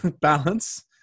balance